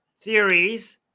theories